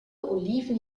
oliven